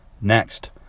Next